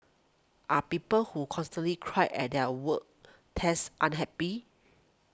are people who constantly cry at their work desk unhappy